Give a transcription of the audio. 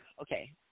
Okay